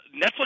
Netflix